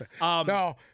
No